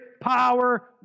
power